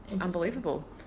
unbelievable